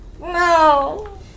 No